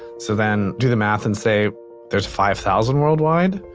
so then do the math and say there's five thousand worldwide,